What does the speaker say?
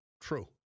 True